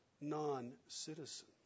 non-citizen